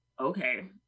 okay